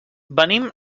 venim